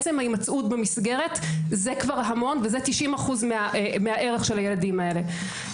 עצם ההימצאות במסגרת זה כבר המון וזה 90% מהערך של הילדים האלה.